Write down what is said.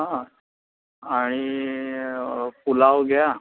हां आणि पुलाव घ्या